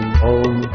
home